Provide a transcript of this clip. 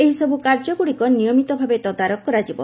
ଏହିସବୁ କାର୍ଯ୍ୟଗୁଡ଼ିକ ନିୟମିତ ଭାବେ ତଦାରଖ କରାଯିବ